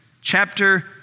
Chapter